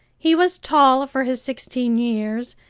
he was tall for his sixteen years,